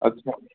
अच्छा